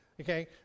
Okay